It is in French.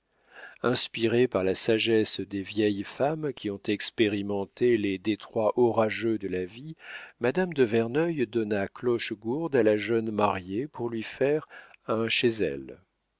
inspirée par la sagesse des vieilles femmes qui ont expérimenté les détroits orageux de la vie madame de verneuil donna clochegourde à la jeune mariée pour lui faire un chez elle